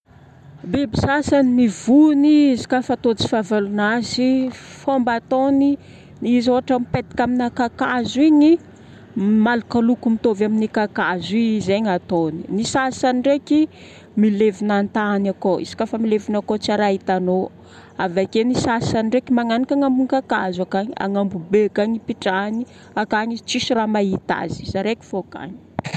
Biby sasany mivony izy kafa tojo fahavalonazy. Fomba ataony: izy ohatra mipetaka amina kakazo igny, malaka loko mitovy amin'ny kakazo i zegny ataony. Ny sasany ndraiky milevina an-tany akao. Izy koafa milevina akao tsy raha hitanao. Avake ny saasny ndraiky magnanika agny ambony kakazo akagny. Agnambo be akagny ipitrahany. Akagny izy tsisy raha mahita. Izy araiky fô akagny.